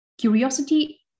curiosity